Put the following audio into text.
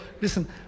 listen